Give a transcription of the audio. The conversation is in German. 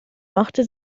machte